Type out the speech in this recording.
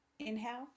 inhale